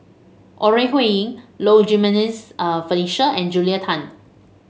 Ore Huiying Low Jimenez Felicia and Julia Tan